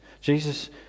Jesus